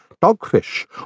dogfish